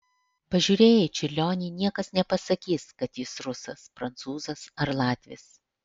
pažiūrėję į čiurlionį niekas nepasakys kad jis rusas prancūzas ar latvis